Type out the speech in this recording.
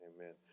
Amen